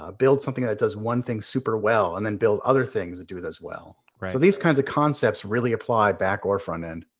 ah build something that does one thing super well and then build other things that do it as well. so these kinds of concepts really apply back or front end.